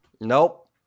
Nope